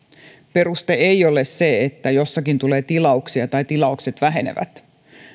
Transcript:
peruste ei ole se että jossakin tulee tilauksia tai tilaukset vähenevät